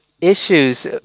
issues